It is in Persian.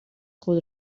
خود